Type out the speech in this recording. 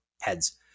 heads